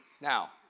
Now